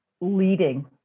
leading